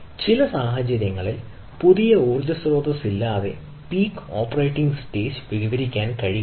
ചില സാഹചര്യങ്ങളിൽ പുതിയ ഊർജ്ജ സ്രോതസ്സ് ഇല്ലാതെ പീക്ക് ഓപ്പറേറ്റിംഗ് സ്റ്റേജ് വിശദീകരിക്കാൻ കഴിയില്ല